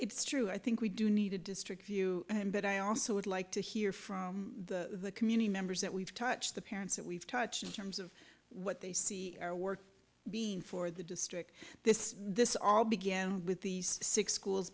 it's true i think we do need a district view but i also would like to hear from the community members that we've touched the parents that we've touched in terms of what they see or work being for the district this this all began with these six schools